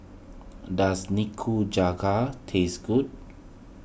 does Nikujaga taste good